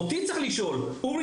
לכן צריך לשאול אותי: ״אורי,